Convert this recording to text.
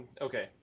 Okay